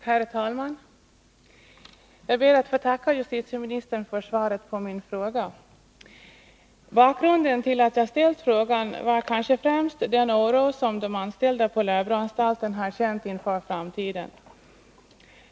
Herr talman! Jag ber att få tacka justitieministern för svaret på min fråga. Bakgrunden till att jag ställt frågan är kanske främst den oro som de anställda på Lärbroanstalten har känt inför framtiden.